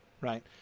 right